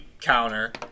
counter